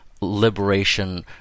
liberation